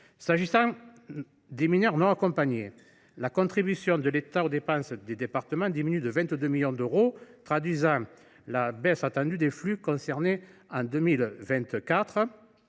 S’agissant des mineurs non accompagnés, la contribution de l’État aux dépenses des départements diminue de 22 millions d’euros, traduisant la baisse attendue des flux concernés en 2024.